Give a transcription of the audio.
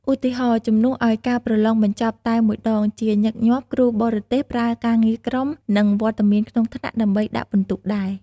ឧទាហរណ៍ ជំនួសឲ្យការប្រឡងបញ្ចប់តែមួយដង ជាញឹកញាប់គ្រូបរទេសប្រើការងារក្រុម និងវត្តមានក្នុងថ្នាក់ដើម្បីដាក់ពិន្ទុដែរ។